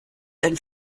and